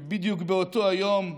ובדיוק באותו היום,